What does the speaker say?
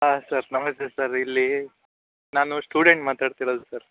ಹಾಂ ಸರ್ ನಮಸ್ತೆ ಸರ್ ಇಲ್ಲಿ ನಾನು ಸ್ಟೂಡೆಂಟ್ ಮಾತಾಡ್ತಿರೋದು ಸರ್